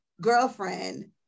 girlfriend